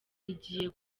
igiye